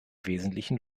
wesentlichen